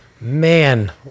Man